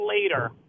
later